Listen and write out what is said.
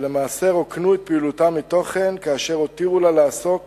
ולמעשה רוקנו את פעילותה מתוכן כאשר הותירו לה לעסוק